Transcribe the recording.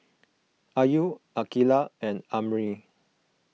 Ayu Aqilah and Amrin